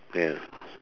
ya